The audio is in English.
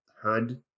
hood